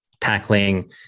tackling